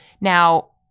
Now